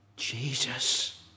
Jesus